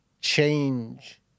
change